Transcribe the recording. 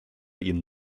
ihnen